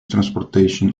transportation